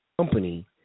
company